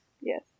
Yes